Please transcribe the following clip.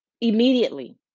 Immediately